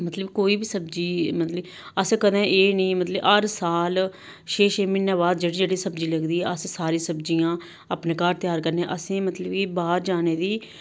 मतलब कोई बी सब्जी मतलब कि असें कदें एह् नी मतलब हर साल छे छे म्हीने बाद जेह्ड़ी जेह्ड़ी सब्जी लगदी अस सारी सब्जियां अपने घर त्यार करने आं असेंगी मतलब कि बाह्र जाने दी